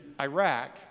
Iraq